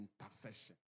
intercession